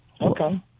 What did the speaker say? Okay